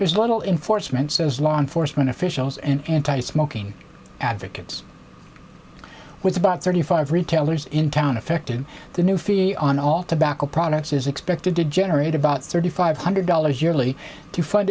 there's little in foresman says law enforcement officials and anti smoking advocates with about thirty five retailers in town affected the new fee on all tobacco products is expected to generate about thirty five hundred dollars yearly to fund